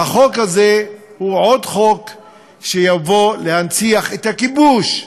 והחוק הזה הוא עוד חוק שיבוא להנציח את הכיבוש,